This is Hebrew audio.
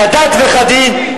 כדת וכדין,